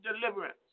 deliverance